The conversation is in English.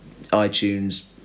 iTunes